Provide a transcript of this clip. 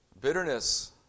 Bitterness